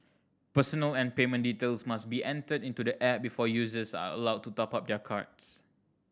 personal and payment details must be entered into the app before users are allowed to top up their cards